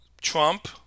Trump